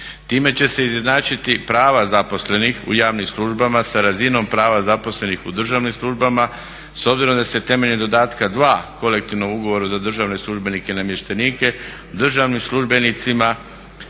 Time će se izjednačiti prava zaposlenih u javnim službama sa razinom prava zaposlenih u državnim službama, s obzirom da se temeljem dodatka 2. Kolektivnom ugovoru za državne službenike i namještenike državnim službenicima